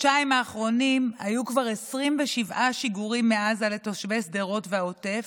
בחודשיים האחרונים היו כבר 27 שיגורים מעזה לתושבי שדרות והעוטף,